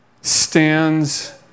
stands